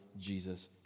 Jesus